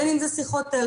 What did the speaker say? בין אם זה שיחות טלפון,